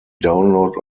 download